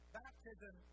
baptism